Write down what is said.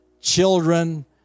children